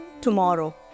tomorrow